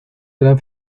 eran